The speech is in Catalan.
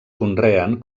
conreen